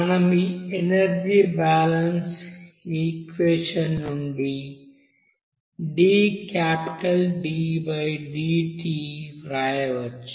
మనం ఈ energy balance equation నుండి dTdt వ్రాయవచ్చు